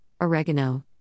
oregano